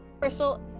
Crystal